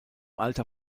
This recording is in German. alter